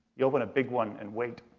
you open a big one and wait.